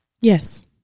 Yes